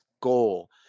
goal